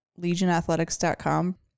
legionathletics.com